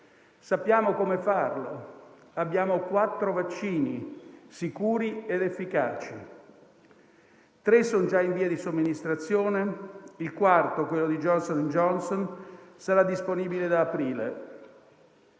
Sappiamo come farlo: abbiamo quattro vaccini sicuri ed efficaci; tre sono già in via di somministrazione e il quarto, quello di Johnson & Johnson, sarà disponibile da aprile.